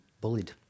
bullied